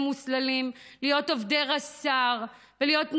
מוסללים להיות עובדי רס"ר ולהיות נהגים,